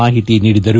ಮಾಹಿತಿ ನೀಡಿದರು